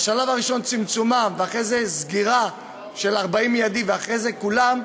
בשלב הראשון צמצום מספרם ואחרי זה סגירה של 40 מייד ואחרי זה את כולם,